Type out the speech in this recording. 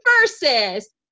versus